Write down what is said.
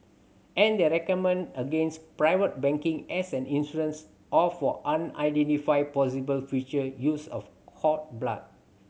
and they recommend against private banking as an insurance or for unidentified possible future use of cord blood